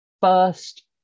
First